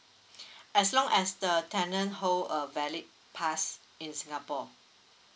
as long as the tenant hold a valid pass in singapore